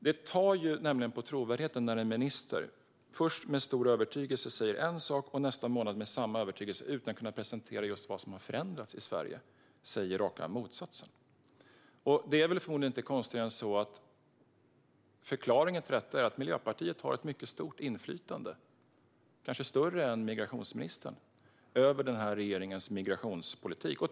Det tar nämligen på trovärdigheten när en minister först med stor övertygelse säger en sak och sedan nästa månad, med samma övertygelse och utan att kunna presentera vad som har förändrats i Sverige, säger raka motsatsen. Förmodligen är det inte konstigare än att förklaringen till detta är att Miljöpartiet har ett mycket stort inflytande, kanske större än migrationsministern, över regeringens migrationspolitik.